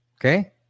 Okay